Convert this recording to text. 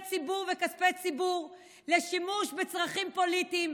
ציבור וכספי ציבור לשימוש בצרכים פוליטיים,